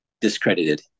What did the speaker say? discredited